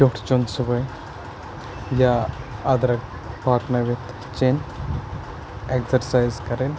ٹیوٚٹھ چیوٚن صُبحٲے یا اَدرک پاکنٲوِتھ چیٚنۍ اٮ۪گزَرسایِز کَرٕنۍ